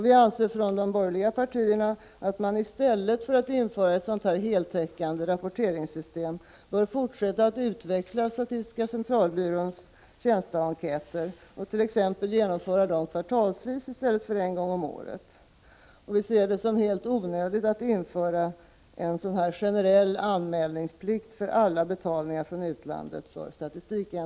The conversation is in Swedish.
Vi anser från de borgerliga partierna att man i stället för att införa ett sådant här heltäckande rapporteringssystem bör fortsätta att utveckla SCB:s tjänsteenkäter och t.ex. genomföra dem kvartalsvis i stället för en gång om året. Vi ser det också som helt onödigt att för statistikändamål kräva en generell anmälningsplikt för alla betalningar från utlandet.